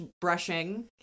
brushing